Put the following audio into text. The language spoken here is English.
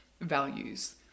values